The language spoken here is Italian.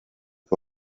che